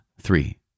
three